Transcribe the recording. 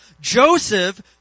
Joseph